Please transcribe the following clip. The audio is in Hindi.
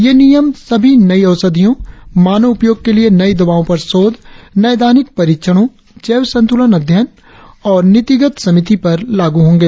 ये नियम सभी नई औषधियों मानव उपयोग के लिए नई दवाओं पर शोध नैदानिक परीक्षणों जैव संतुलन अध्ययन और नीतिगत समिति पर लागू होंगे